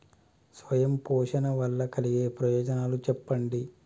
స్వయం పోషణ వల్ల కలిగే ప్రయోజనాలు చెప్పండి?